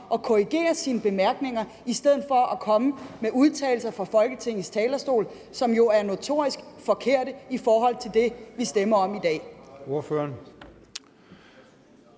at korrigere sine bemærkninger i stedet for at komme med udtalelser fra Folketingets talerstol, som jo er notorisk forkerte i forhold til det, vi stemmer om i dag.